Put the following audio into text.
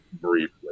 briefly